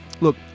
look